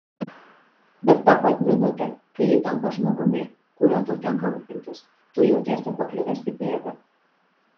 bet tą pat minutę kai ji tampa žmogumi kuriuo tau tenka rūpintis tu jautiesi pakliuvęs į bėdą